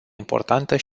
importantă